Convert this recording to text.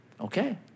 Okay